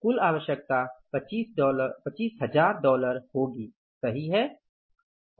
कुल आवश्यकता 25000 डॉलर होगी सही है